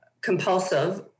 compulsive